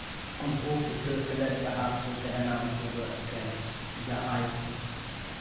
ᱩᱱᱠᱩ ᱯᱤᱴᱷᱟᱹ ᱥᱮᱞᱮᱫ ᱡᱟᱦᱟᱸ ᱠᱚ ᱛᱟᱦᱮᱱᱟ ᱩᱱᱠᱩ ᱫᱚ ᱮᱠᱮᱱ ᱡᱟᱦᱟᱸᱭ